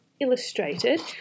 illustrated